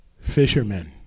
fishermen